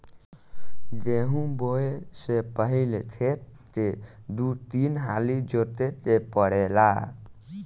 गेंहू बोऐ से पहिले खेत के दू तीन हाली जोते के पड़ेला